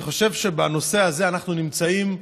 אני חושב שבנושא הזה אנחנו נמצאים,